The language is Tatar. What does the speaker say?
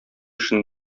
эшен